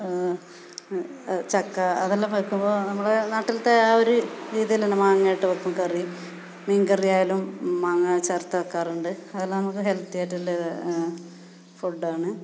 ചക്ക അതെല്ലാം വെക്കുമ്പോൾ നമ്മുടെ നാട്ടിലത്തെ ആ ഒരു രീതിന്നെന്ന് മാങ്ങായിട്ട് വെക്കും കറി മീൻ കറി ആയാലും മാങ്ങ ചേർത്ത് വെക്കാറുണ്ട് അതെല്ലാം നമുക്ക് ഹെൽത്തി ആയിട്ടുള്ള ഫുഡാണ്